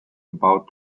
about